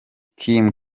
kim